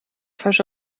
falsche